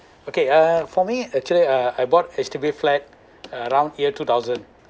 okay uh for me actually uh I bought H_D_B flat around year two thousand